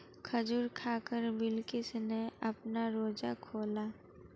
खजूर खाकर बिलकिश ने अपना रोजा खोला